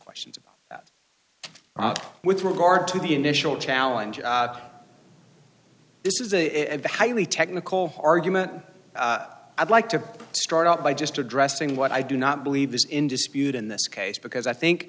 questions about that with regard to the initial challenge this is a highly technical argument i'd like to start out by just addressing what i do not believe is in dispute in this case because i think